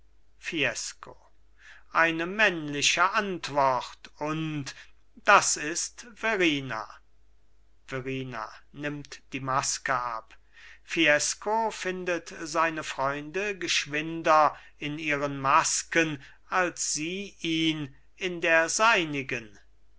fiesco eine männliche antwort und das ist verrina verrina nimmt die maske ab fiesco findet seine freunde geschwinder in ihren masken als sie ihn in der seinigen